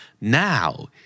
Now